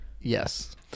Yes